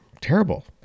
terrible